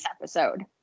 episode